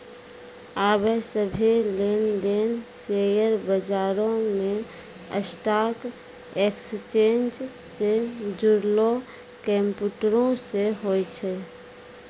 आबे सभ्भे लेन देन शेयर बजारो मे स्टॉक एक्सचेंज से जुड़लो कंप्यूटरो से होय छै